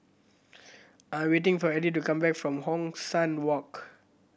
I am waiting for Edie to come back from Hong San Walk